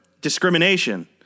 discrimination